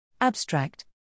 abstract